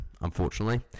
unfortunately